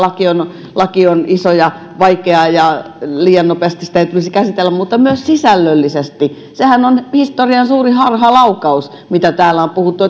ja laki on iso ja vaikea ja liian nopeasti sitä ei tulisi käsitellä niin myös sisällöllisesti sehän on historian suurin harhalaukaus kuten täällä on puhuttu